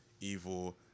evil